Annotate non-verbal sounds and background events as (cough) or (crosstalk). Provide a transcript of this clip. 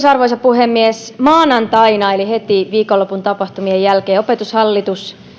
(unintelligible) arvoisa puhemies maanantaina eli heti viikonlopun tapahtumien jälkeen opetushallitus